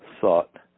thought